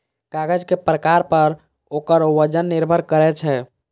कागज के प्रकार पर ओकर वजन निर्भर करै छै